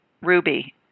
Ruby